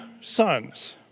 sons